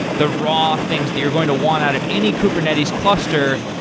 the raw things that you're going to want out of any kubernetes cluster,